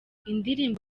indirimbo